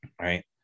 Right